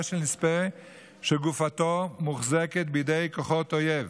של נספה שגופתו מוחזקת בידי כוחות אויב,